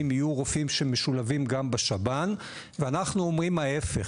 יהיו רופאים שמשולבים גם בשב"ן ואנחנו אומרים ההיפך,